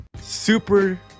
Super